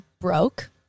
broke